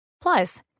Plus